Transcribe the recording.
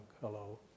Hello